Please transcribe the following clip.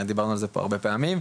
דיברנו על זה פה הרבה פעמים.